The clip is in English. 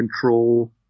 Control